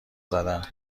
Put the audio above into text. زدن